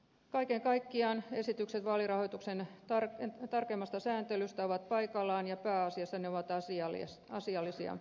kaiken kaikkiaan esitykset vaalirahoituksen tarkemmasta sääntelystä ovat paikallaan ja pääasiassa ne ovat asiallisia